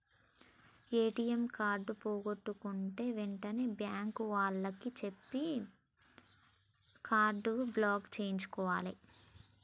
ATM card పోగొట్టుకుంటే వెంటనే bank వాళ్లకి చెప్పి కార్డుని బ్లాక్ చేయించుకోవాలే